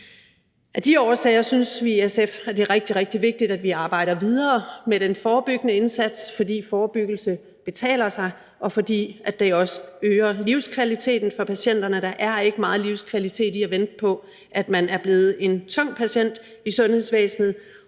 Af de årsager synes vi i SF, at det er rigtig, rigtig vigtigt, at vi arbejder videre med den forebyggende indsats, fordi forebyggelse betaler sig, og fordi det også øger livskvaliteten for patienterne. Der er ikke meget livskvalitet i at vente på, at man er blevet en tung patient i sundhedsvæsenet.